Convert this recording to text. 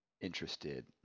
interested